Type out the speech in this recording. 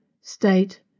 state